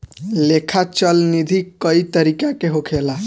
लेखा चल निधी कई तरीका के होखेला